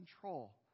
control